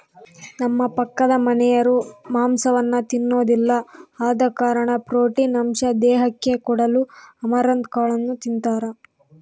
ನಮ್ಮ ಪಕ್ಕದಮನೆರು ಮಾಂಸವನ್ನ ತಿನ್ನೊದಿಲ್ಲ ಆದ ಕಾರಣ ಪ್ರೋಟೀನ್ ಅಂಶ ದೇಹಕ್ಕೆ ಕೊಡಲು ಅಮರಂತ್ ಕಾಳನ್ನು ತಿಂತಾರ